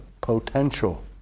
potential